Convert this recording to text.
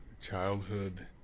Childhood